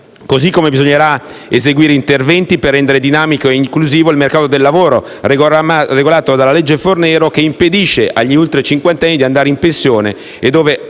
Ugualmente bisognerà eseguire interventi per rendere dinamico e inclusivo il mercato del lavoro, regolato ormai dalla legge Fornero, che impedisce agli ultracinquantenni di andare in pensione